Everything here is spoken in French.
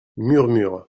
murmures